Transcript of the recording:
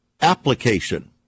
application